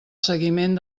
seguiment